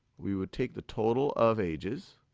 we would take the total of ages,